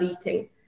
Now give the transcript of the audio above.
eating